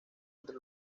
entre